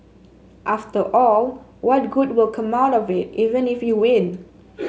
after all what good will come out of it even if you win